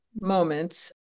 moments